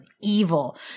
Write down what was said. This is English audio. evil